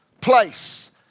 place